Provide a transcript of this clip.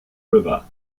river